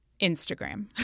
Instagram